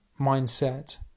mindset